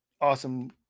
awesome